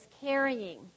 carrying